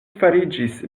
fariĝis